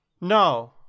No